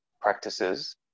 practices